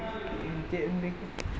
ᱪᱮᱫ ᱮᱢ